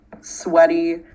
sweaty